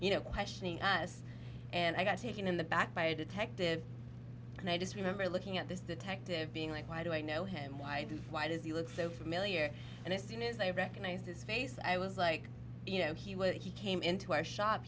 you know questioning us and i got taken in the back by a detective and i just remember looking at this detective being like why do i know him why do why does he look so familiar and as soon as they recognized his face i was like you know he was he came into our shop